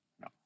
no